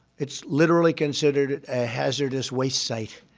it's literally considered a hazardous waste site,